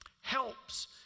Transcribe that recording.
helps